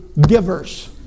givers